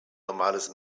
normales